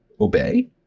obey